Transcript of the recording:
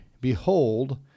Behold